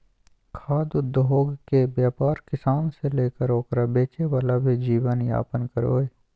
खाद्य उद्योगके व्यापार किसान से लेकर ओकरा बेचे वाला भी जीवन यापन करो हइ